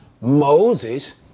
Moses